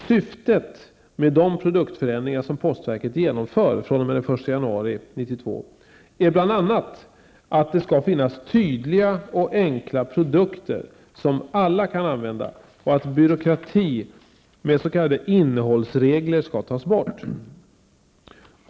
Syftet med de produktförändringar som postverket genomför den 1 januari 1992 är bl.a. att det skall finnas tydliga och enkla produkter som alla kan använda och att byråkrati med s.k. innehållsregler skall tas bort.